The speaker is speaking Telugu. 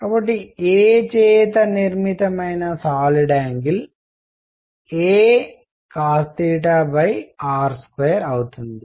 కాబట్టి a చేత నిర్మితమైన సాలిడ్ యాంగిల్ acosr2అవుతుంది